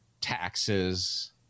taxes